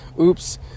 oops